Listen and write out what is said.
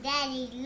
Daddy